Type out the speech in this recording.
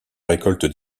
récolte